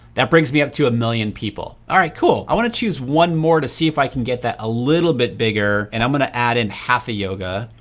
that brings me up to a million people. all right, cool. i wanna choose one more to see if i can get that a little bit bigger, and i'm gonna add in hatha yoga,